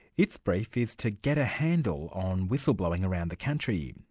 its brief is to get a handle on whistleblowing around the country.